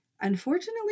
Unfortunately